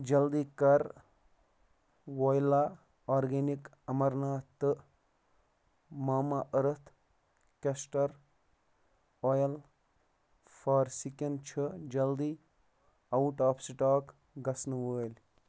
جلدی کر وۄیلا آرگینِک اَمرناتھ تہٕ Mamaearth castor oil for skin چھُ جلدی آوُٹ آف سٕٹاک گژھنہٕ وٲلۍ